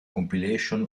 compilation